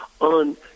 on